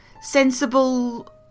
sensible